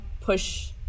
push